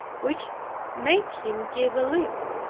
which made him give a leap.